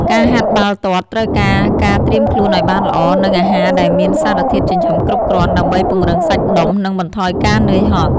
ការហាត់បាល់ទាត់ត្រូវការការត្រៀមខ្លួនឲ្យបានល្អ និងអាហារដែលមានសារធាតុចិញ្ចឹមគ្រប់គ្រាន់ ដើម្បីពង្រឹងសាច់ដុំ និងបន្ថយការនឿយហត់។